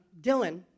Dylan